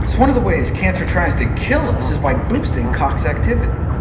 one of the ways cancer tries to kill us is by boosting cox activity.